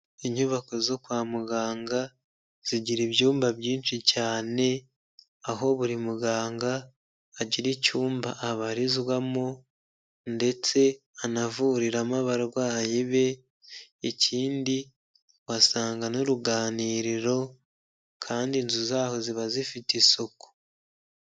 Inyubako zo kwa muganga zigira ibyumba byinshi cyane, aho buri muganga agira icyumba abarizwamo ndetse anavuriramo abarwayi be ikindi wasanga n'uruganiriro kandi inzu zaho ziba zifite isuku.